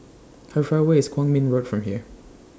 How Far away IS Kwong Min Road from here